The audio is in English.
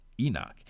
Enoch